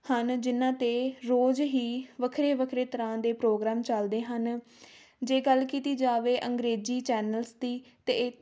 ਹਨ ਜਿਨ੍ਹਾਂ 'ਤੇ ਰੋਜ਼ ਹੀ ਵੱਖਰੇ ਵੱਖਰੇ ਤਰ੍ਹਾਂ ਦੇ ਪ੍ਰੋਗਰਾਮ ਚੱਲਦੇ ਹਨ ਜੇ ਗੱਲ ਕੀਤੀ ਜਾਵੇ ਅੰਗਰੇਜ਼ੀ ਚੈਨਲਸ ਦੀ ਤਾਂ